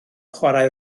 chwarae